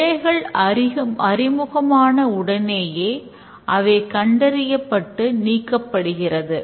பிழைகள் அறிமுகமான உடனேயே அவை கண்டறியப்பட்டு நீக்கப்படுகிறது